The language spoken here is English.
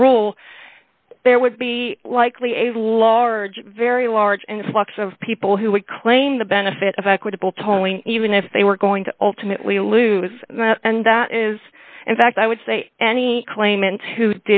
the role there would be likely a large very large influx of people who would claim the benefit of equitable tolling even if they were going to ultimately lose that and that is in fact i would say any claim